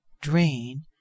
drain